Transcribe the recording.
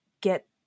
get